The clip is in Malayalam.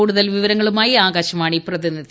കൂടുതൽ വിവരങ്ങളുമായി ആകാശവാണി പ്രതിനിധി